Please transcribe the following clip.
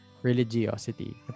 Religiosity